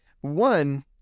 one